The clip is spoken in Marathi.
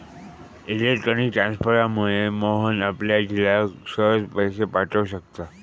इलेक्ट्रॉनिक ट्रांसफरमुळा मोहन आपल्या झिलाक सहज पैशे पाठव शकता